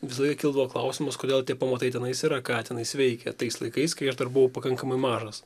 visą laiką kildavo klausimas kodėl tie pamatai tenais yra ką tenais veikia tais laikais kai aš dar buvau pakankamai mažas